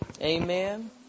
amen